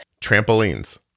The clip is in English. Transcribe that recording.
Trampolines